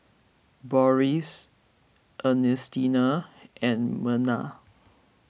Boris Ernestina and Merna